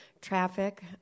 traffic